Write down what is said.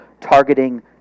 targeting